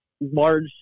large